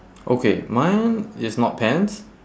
okay mine is not pants